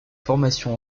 formation